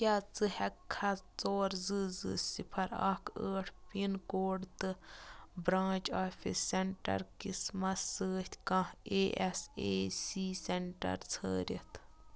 کیٛاہ ژٕ ہٮ۪کٕکھا ژور زٕ زٕ صِفر اَکھ ٲٹھ پِن کوڈ تہٕ برٛانٛچ آفیس سینٛٹر قٕسمس سۭتۍ کانٛہہ A S A C centre ژھٲرِتھ